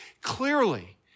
clearly